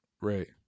right